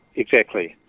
exactly.